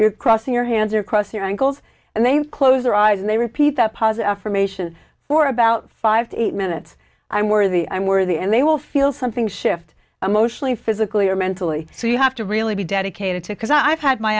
you're crossing your hands or cross your ankles and they close their eyes and they repeat that pas affirmation for about five to eight minutes i'm worthy i'm worthy and they will feel something shift emotionally physically or mentally so you have to really be dedicated to because i've had my